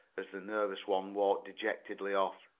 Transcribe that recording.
as the nervous one walked dejectedly off.